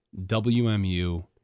WMU